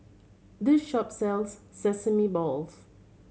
this shop sells sesame balls